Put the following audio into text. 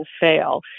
fail